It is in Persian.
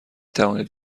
توانید